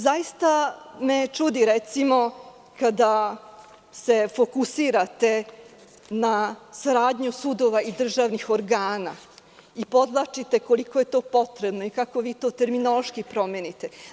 Zaista me čudi, kada se fokusirate na saradnju sudova i državnih organa i podvlačite koliko je to potrebno i kako vi to terminološki promeniti.